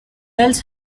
else